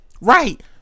Right